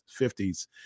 50s